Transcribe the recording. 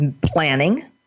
planning